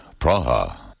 Praha